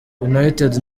united